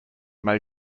may